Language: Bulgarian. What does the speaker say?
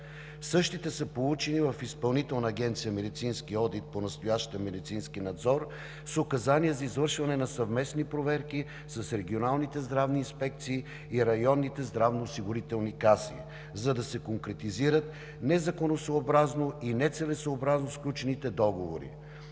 Същите са получени в Изпълнителна агенция „Медицински одит“, понастоящем „Медицински надзор“, с указания за извършване на съвместни проверки с регионалните здравни инспекции и районните здравноосигурителни каси, за да се конкретизират незаконосъобразно и нецелесъобразно сключените договори.